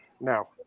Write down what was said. No